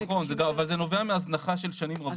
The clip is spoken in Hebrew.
נכון וזה אגב, נובע מהזנחה של שנים רבות.